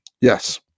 yes